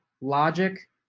logic